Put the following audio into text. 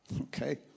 Okay